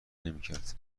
نمیکرد